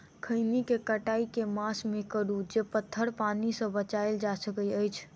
खैनी केँ कटाई केँ मास मे करू जे पथर पानि सँ बचाएल जा सकय अछि?